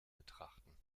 betrachten